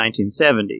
1970